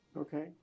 Okay